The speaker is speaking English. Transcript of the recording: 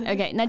Okay